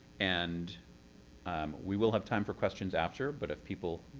and um we will have time for questions after, but if people.